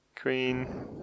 Queen